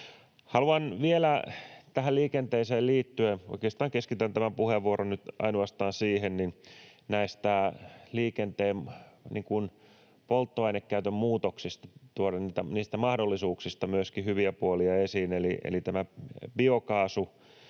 tulossa. Vielä tähän liikenteeseen liittyen — oikeastaan keskitän tämän puheenvuoron nyt ainoastaan siihen — haluan tuoda näistä liikenteen polttoainekäytön muutoksista, niistä mahdollisuuksista, myöskin hyviä puolia esiin. Tämä